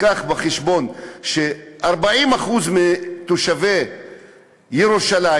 אם ניקח בחשבון ש-40% מתושבי ירושלים